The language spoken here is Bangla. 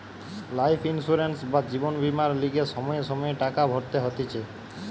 লাইফ ইন্সুরেন্স বা জীবন বীমার লিগে সময়ে সময়ে টাকা ভরতে হতিছে